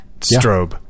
strobe